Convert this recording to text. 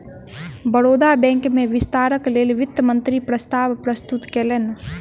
Baroda bank में विस्तारक लेल वित्त मंत्री प्रस्ताव प्रस्तुत कयलैन